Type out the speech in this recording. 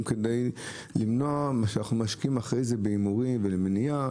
אנחנו משקיעים אחרי זה במניעה,